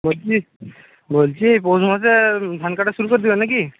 বলছি বলছি পৌষ মাসে ধান কাটা শুরু করে দেবেন না কি